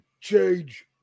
change